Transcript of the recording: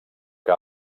que